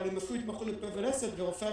אבל הם עשו התמחות בפה ולסת ורופאי